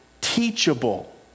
teachable